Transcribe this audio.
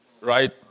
Right